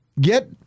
Get